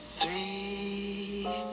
Three